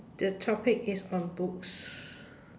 the topic is on books